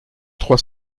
trois